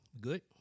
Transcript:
Good